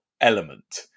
element